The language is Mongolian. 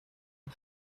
огт